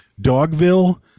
Dogville